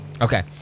Okay